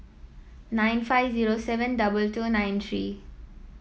nine five zero seven double two nine three